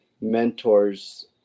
mentors